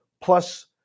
plus